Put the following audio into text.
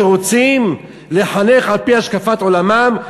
שרוצים לחנך על-פי השקפת עולמם,